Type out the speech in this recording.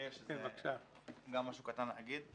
לי יש גם משהו קטן להגיד.